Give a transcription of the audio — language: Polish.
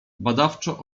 badawczo